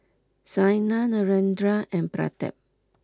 Saina Narendra and Pratap